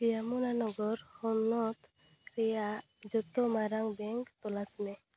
ᱡᱚᱢᱩᱱᱟᱱᱚᱜᱚᱨ ᱦᱚᱱᱚᱛ ᱨᱮᱭᱟᱜ ᱡᱚᱛᱚ ᱢᱟᱭᱟᱢ ᱵᱮᱝᱠ ᱛᱚᱞᱟᱥ ᱢᱮ